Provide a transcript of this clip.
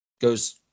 goes